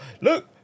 look